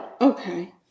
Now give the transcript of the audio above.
Okay